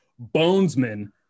Bonesman